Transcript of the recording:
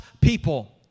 people